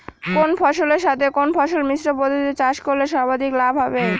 কোন ফসলের সাথে কোন ফসল মিশ্র পদ্ধতিতে চাষ করলে সর্বাধিক লাভ হবে?